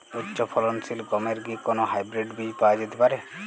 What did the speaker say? উচ্চ ফলনশীল গমের কি কোন হাইব্রীড বীজ পাওয়া যেতে পারে?